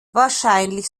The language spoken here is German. wahrscheinlich